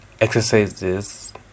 exercises